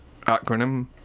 acronym